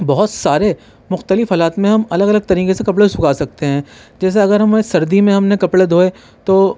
بہت سارے مختلف حالات میں ہم الگ الگ طریقے سے کپڑے سکھا سکتے ہیں جیسے اگر ہمیں سردی میں ہم نے کپڑے دھوئے تو